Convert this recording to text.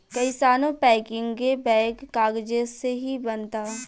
कइसानो पैकिंग के बैग कागजे से ही बनता